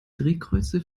drehkreuze